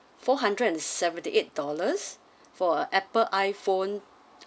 four hundred and seventy eight dollars for a Apple iPhone